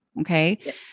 Okay